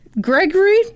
Gregory